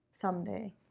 someday